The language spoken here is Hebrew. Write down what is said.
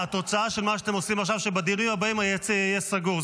התוצאה של מה שאתם עושים עכשיו היא שבדיונים היציע יהיה סגור.